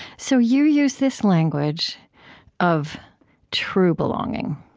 so you use this language of true belonging.